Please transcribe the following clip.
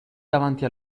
davanti